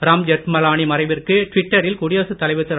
ராம்ஜெத் மலானி மறைவிற்கு ட்விட்டரில் குடியரசுத் தலைவர் திரு